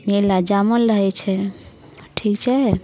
मेला जमल रहै छै ठीक छै